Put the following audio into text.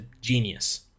genius